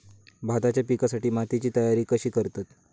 भाताच्या पिकासाठी मातीची तयारी कशी करतत?